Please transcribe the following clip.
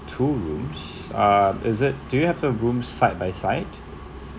two rooms uh is it do you have the room side by side